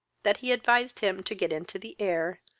that he advised him to get into the air,